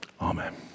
Amen